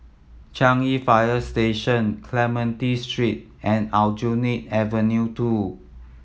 Changi Fire Station Clementi Street and Aljunied Avenue Two